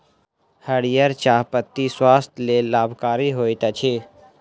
हरीयर चाह पत्ती स्वास्थ्यक लेल लाभकारी होइत अछि